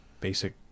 basic